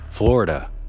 Florida